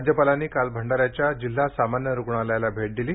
राज्यपालांनी काल भंडाऱ्याच्या जिल्हा सामान्य रुग्णालयाला भेट दिली